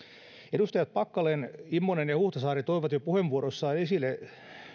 edustajat packalen immonen ja huhtasaari toivat jo puheenvuoroissaan esille